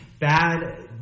Bad